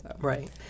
Right